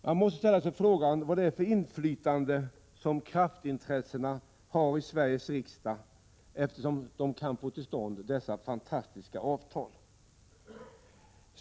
Jag måste ställa frågan: Vad är det för inflytande som kraftintressena har i Sveriges riksdag, eftersom de kan få till stånd dessa fantastiska avtal?